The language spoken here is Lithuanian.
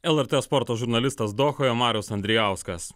lrt sporto žurnalistas dohoje marius andrijauskas